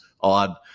odd